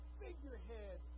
figurehead